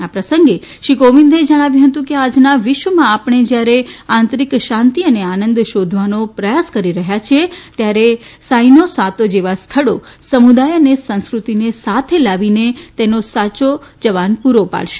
આ પ્રસંગે શ્રી કોવિંદે ણાવ્યું હતું કે આ ના વિશ્વમાં આપણે યારે આંતરીક શાંતી અને આનંદ શોધવાનો પ્રયાસ કરી રહયાં છે ત્યારે સાંઇનો સાતો જેવા સ્થળો સમુદાય અને સંસ્કૃતિને સાથે લાવીને તેનો સાયો વાન પુરો પાડશે